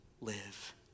live